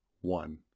one